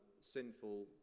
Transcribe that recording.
sinful